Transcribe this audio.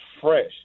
fresh